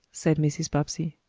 said mrs. bobbsey.